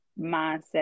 mindset